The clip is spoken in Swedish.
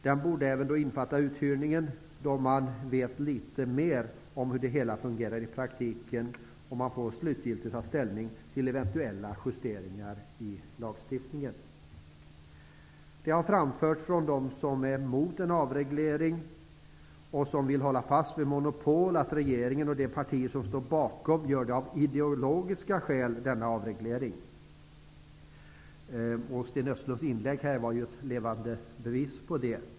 Den borde även innefatta uthyrningen, då man vet litet mer om hur det hela fungerar i praktiken och man slutgiltigt får ta ställning till eventuella justeringar i lagstiftningen. De som är mot en avreglering och som vill hålla fast vid monopolet har framfört att regeringen och de partier som står bakom den gör denna avreglering av ideologiska skäl. Sten Östlunds inlägg här var ett levande bevis på det.